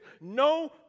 no